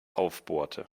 aufbohrte